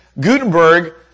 Gutenberg